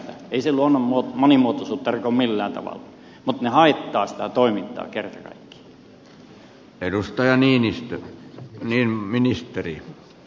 ei se metsästys luonnon monimuotoisuutta riko millään tavalla mutta ne rajoitukset haittaavat sitä toimintaa kerta kaikkiaan